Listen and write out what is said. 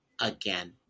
again